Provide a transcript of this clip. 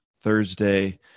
Thursday